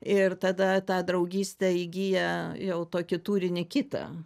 ir tada ta draugystė įgyja jau tokį turinį kitą